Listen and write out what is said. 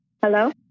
Hello